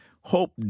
Hope